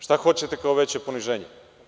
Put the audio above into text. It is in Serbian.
Šta hoćete kao veće poniženje.